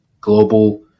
global